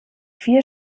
vier